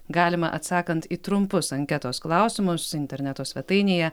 galima atsakant į trumpus anketos klausimus interneto svetainėje